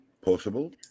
Possible